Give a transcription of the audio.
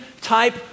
type